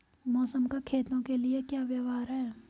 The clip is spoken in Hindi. मौसम का खेतों के लिये क्या व्यवहार है?